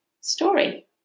story